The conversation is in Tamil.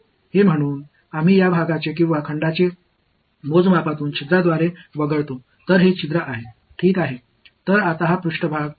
எனவே அந்த பகுதியை அல்லது அளவை கணக்கீட்டிலிருந்து ஒரு துளை வழியாக விலக்குகிறோம் எனவே இது துளை